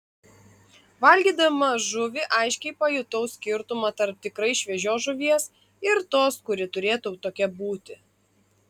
valgydama žuvį aiškiai pajutau skirtumą tarp tikrai šviežios žuvies ir tos kuri turėtų tokia būti